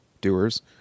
Doers